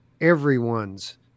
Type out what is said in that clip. everyone's